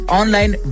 online